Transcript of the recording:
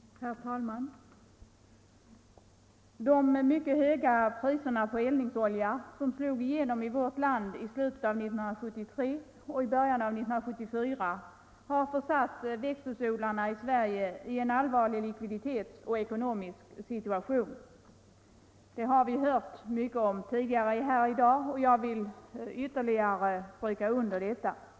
Nr 87 Herr talman! De mycket höga priserna på eldningsolja som slog igenom Torsdagen den i vårt land i slutet av 1973 och i början av 1974 har försatt växthusodlarna 22 maj 1975 i Sverige i en allvarlig situation ekonomiskt och likviditetsmässigt. Vi LL har hört mycket om detta tidigare här i dag, och jag vill ytterligare stryka — Lån till trädgårdsunder situationens allvar.